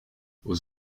aux